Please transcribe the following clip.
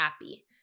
happy